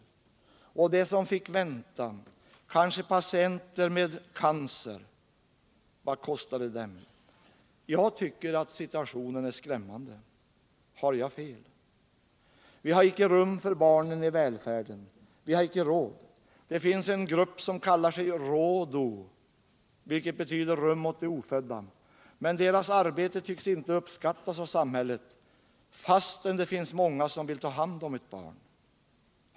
Och de patienter som i stället fick vänta på behandling — kanske patienter med cancer — vad kostade det dem? Jag tycker att situationen är skrämmande. Har jag fel? Vi har icke rum för barnen i välfärden. Vi har icke råd! Det finns en grupp som kallar sig RÅDO, vilket betyder Rum Åt De Ofödda, men dess arbete tycks inte uppskattas av samhället — fastän det i den gruppen finns många som vill ta hand om ett barn.